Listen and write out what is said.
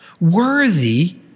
Worthy